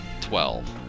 Twelve